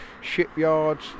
shipyards